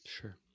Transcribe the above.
Sure